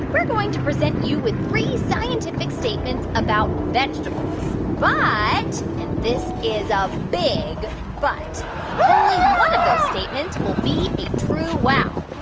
we're going to present you with three scientific statements about vegetables. ah but and this is a big but. only one of those statements will be a true wow.